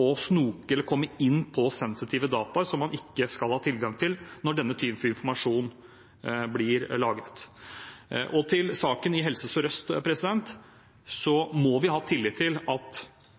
å snoke i eller komme inn på sensitive data som en ikke skal ha tilgang til, når denne informasjonen blir lagret. Til saken i Helse Sør-Øst: Vi må ha tillit til at